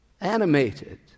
animated